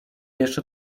jeszcze